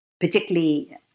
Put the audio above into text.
particularly